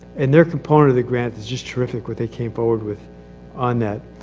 and their component of the grant is just terrific, what they came forward with on that.